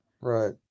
Right